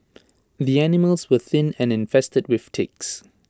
the animals were thin and infested with ticks